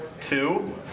two